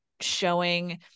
showing